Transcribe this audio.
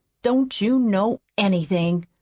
don't you know anything?